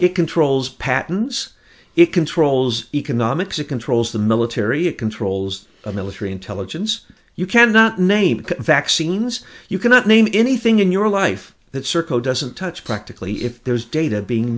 it controls patents it controls economics it controls the military it controls the military intelligence you cannot name vaccines you cannot name in anything in your life that circle doesn't touch practically if there's data being